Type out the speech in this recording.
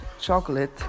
chocolate